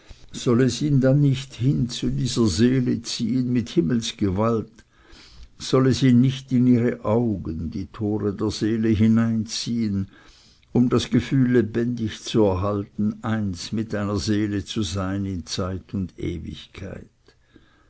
soll es ihn dann nicht hin zu dieser seele ziehen mit himmelsgewalt soll es ihn nicht in ihre augen die tore der seele hineinziehen um das gefühl lebendig zu erhalten eins mit einer seele zu sein in zeit und ewigkeit